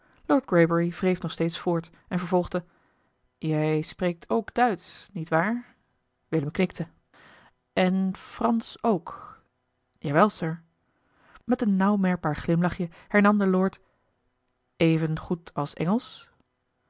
lord greybury wreef nog steeds voort en vervolgde jij spreek ook duitsch niet waar willem knikte en fransch ook ja wel sir met een nauw merkbaar glimlachje hernam de lord even goed als